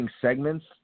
segments